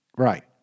right